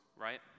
right